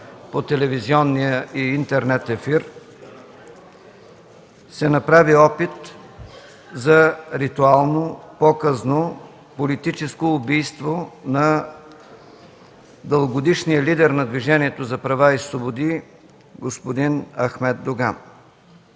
по телевизионния и интернет ефир, се направи опит за ритуално, показно политическо убийство на дългогодишния лидер на Движението за права и свободи господин Ахмед Доган.